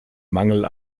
mangel